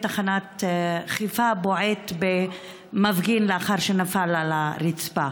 תחנת חיפה בועט במפגין לאחר שנפל על הרצפה.